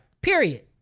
Period